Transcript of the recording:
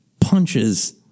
punches